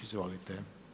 Izvolite.